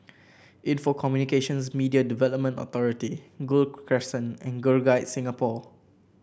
Info Communications Media Development Authority Gul Crescent and Girl Guides Singapore